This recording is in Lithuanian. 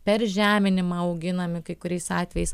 per žeminimą auginami kai kuriais atvejais